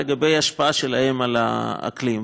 של השפעה על האקלים.